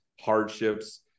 hardships